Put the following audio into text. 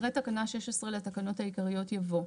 אחרי תקנה 16 לתקנות העיקריות יבוא: